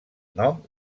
nom